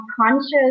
conscious